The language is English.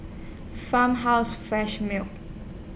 Farmhouse Fresh Milk